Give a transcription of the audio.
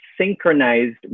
synchronized